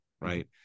right